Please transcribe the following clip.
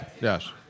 Yes